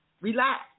relax